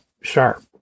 sharp